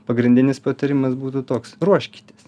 pagrindinis patarimas būtų toks ruoškitės